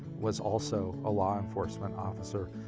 was also a law enforcement officer.